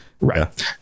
right